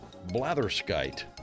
Blatherskite